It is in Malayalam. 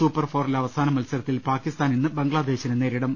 സൂപ്പർ ഫോറിലെ അവസാന മത്സരത്തിൽ പാകിസ്ഥാൻ ഇന്ന് ബംഗ്ലാദേശിനെ നേരിടും